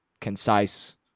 concise